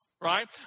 Right